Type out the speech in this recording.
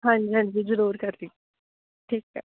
ਹਾਂਜੀ ਹਾਂਜੀ ਜ਼ਰੂਰ ਕਰਦੀ ਠੀਕ ਹੈ